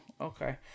Okay